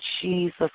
Jesus